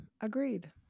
agreed